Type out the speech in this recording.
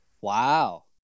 Wow